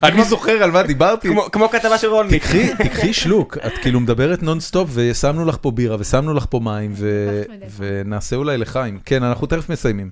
אני זוכר על מה דיברתי כמו כמו כתבה של רולניק תקחי תקחי שלוק את כאילו מדברת נונסטופ ושמנו לך פה בירה ושמנו לך פה מים ונעשה אולי לחיים כן אנחנו תכף מסיימים.